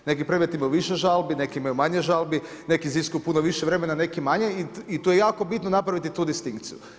Neki predmeti imaju više žalbi, neki imaju manje žalbi, neki iziskuju puno više vremena, neki manje i to je jako bitno napraviti tu distinkciju.